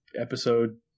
episode